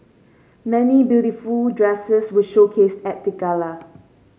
many beautiful dresses were showcased at the gala